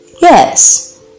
Yes